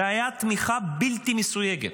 זו הייתה תמיכה בלתי מסויגת.